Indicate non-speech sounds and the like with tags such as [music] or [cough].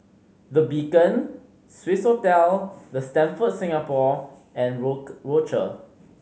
The Beacon Swissotel The Stamford Singapore and [unintelligible] Rochor